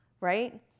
right